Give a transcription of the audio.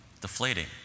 deflating